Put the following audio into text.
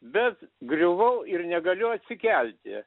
bet griuvau ir negaliu atsikelti